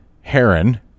heron